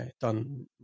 done